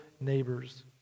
neighbors